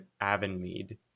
Avonmead